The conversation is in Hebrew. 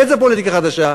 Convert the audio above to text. איזה פוליטיקה חדשה?